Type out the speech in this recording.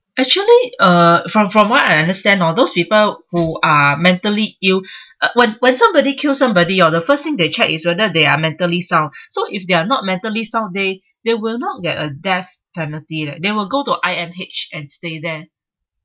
actually uh from from what I understand oh those people who are mentally ill ugh when when somebody kill somebody oh the first thing they check is whether they are mentally sound so if they are not mentally sound they they will not get a death penalty leh they will go to I_M_H and stay there